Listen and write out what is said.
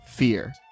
fear